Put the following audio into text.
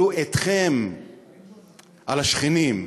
על השכנים,